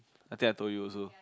I think I told you also